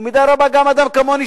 ובמידה רבה גם אדם כמוני,